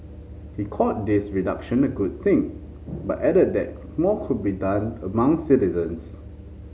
he called this reduction a good thing but added that more can be done among citizens